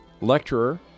lecturer